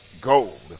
gold